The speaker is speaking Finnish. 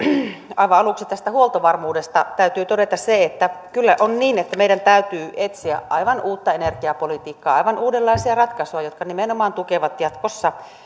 aivan aluksi tästä huoltovarmuudesta täytyy todeta se että kyllä on niin että meidän täytyy etsiä aivan uutta energiapolitiikkaa aivan uudenlaisia ratkaisuja jotka nimenomaan tukevat jatkossa